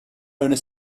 owner